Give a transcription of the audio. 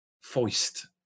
foist